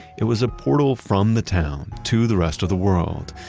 it was a portal from the town to the rest of the world.